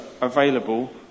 available